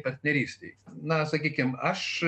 partnerystei na sakykim aš